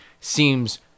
seems